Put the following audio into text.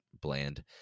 bland